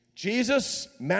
Jesus